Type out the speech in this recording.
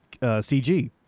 CG